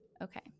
Okay